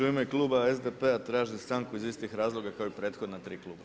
U ime kluba SDP-a tražim stanku iz istih razloga kao i prethodna tri kluba.